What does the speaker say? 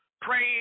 praying